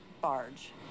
barge